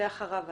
ואחריו את.